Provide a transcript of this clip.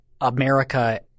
America